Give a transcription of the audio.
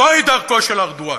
זוהי דרכו של ארדואן.